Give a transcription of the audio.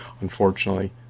Unfortunately